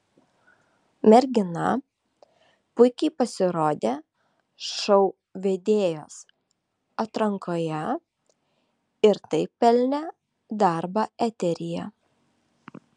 mergina puikiai pasirodė šou vedėjos atrankoje ir taip pelnė darbą eteryje